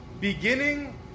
beginning